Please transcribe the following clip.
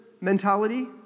mentality